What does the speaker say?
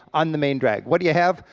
on the main drag. what do you have?